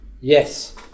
Yes